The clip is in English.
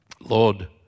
Lord